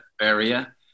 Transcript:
area